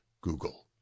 Google